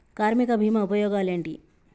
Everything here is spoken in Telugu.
కార్మిక బీమా ఉపయోగాలేంటి?